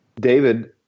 David